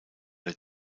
der